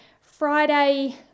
friday